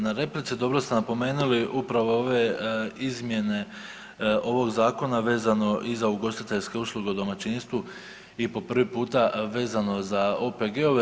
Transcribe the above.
Na replici dobro ste napomenuli upravo ove izmjene ovog zakona vezano i za ugostiteljske usluge u domaćinstvu i po prvi puta vezano za OPG-ove.